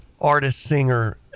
artist-singer